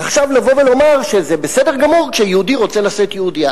עכשיו לבוא ולומר שזה בסדר גמור שיהודי רוצה לשאת יהודייה,